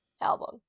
album